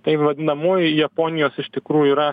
tai vadinamoji japonijos iš tikrųjų yra